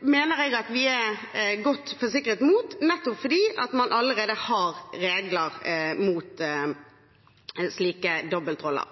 mener jeg at vi er godt forsikret mot, nettopp fordi man allerede har regler mot slike dobbeltroller.